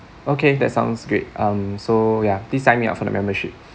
okay that sounds great um so ya please sign me up for the membership